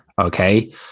Okay